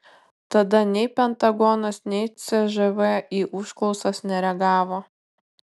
tada nei pentagonas nei cžv į užklausas nereagavo